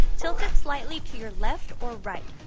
tilt it slightly to your left or right.